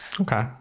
Okay